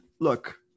Look